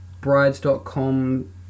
brides.com